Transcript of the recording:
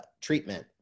treatment